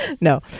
No